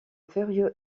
furieux